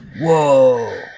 whoa